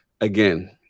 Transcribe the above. again